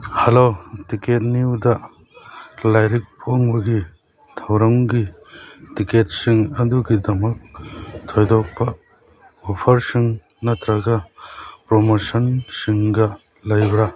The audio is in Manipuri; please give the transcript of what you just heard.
ꯍꯜꯂꯣ ꯇꯤꯛꯀꯦꯠ ꯅ꯭ꯌꯨꯗ ꯂꯥꯏꯔꯤꯛ ꯐꯣꯡꯕꯒꯤ ꯊꯧꯔꯝꯒꯤ ꯇꯤꯛꯀꯦꯠꯁꯤꯡ ꯑꯗꯨꯒꯤꯗꯃꯛ ꯊꯣꯏꯗꯣꯛꯄ ꯑꯣꯐꯔꯁꯤꯡ ꯅꯠꯇ꯭ꯔꯒ ꯄ꯭ꯔꯣꯃꯣꯁꯟꯁꯤꯡꯒ ꯂꯩꯕ꯭ꯔꯥ